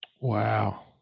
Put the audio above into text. wow